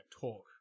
talk